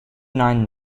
nine